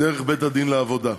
דרך בית-הדין לעבודה.